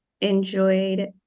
enjoyed